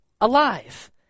alive